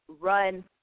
run